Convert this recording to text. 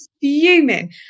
fuming